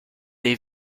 des